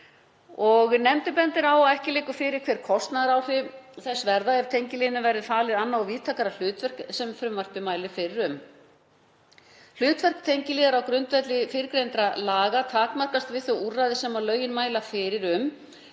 Nefndin bendir á að ekki liggur fyrir hver kostnaðaráhrif þess verði ef tengiliðnum verði falið annað og víðtækara hlutverk en frumvarpið mælir fyrir um. Hlutverk tengiliðar á grundvelli fyrrgreindra laga takmarkast við þau úrræði sem lögin mæla fyrir um,